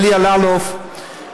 אלי אלאלוף,